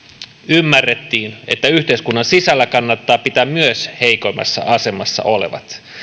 ymmärrettiin että yhteiskunnan sisällä kannattaa pitää myös heikoimmassa asemassa olevat